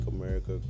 America